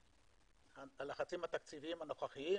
הלחצים התקציביים הנוכחיים